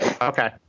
Okay